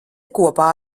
kopā